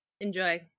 enjoy